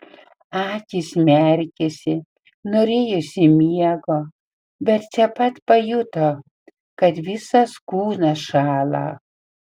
akys merkėsi norėjosi miego bet čia pat pajuto kad visas kūnas šąla